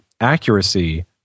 accuracy